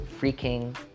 freaking